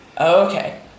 Okay